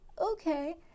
okay